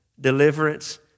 Deliverance